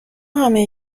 همه